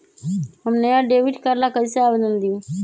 हम नया debit card ला कईसे आवेदन दिउ?